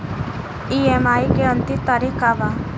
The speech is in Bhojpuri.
ई.एम.आई के अंतिम तारीख का बा?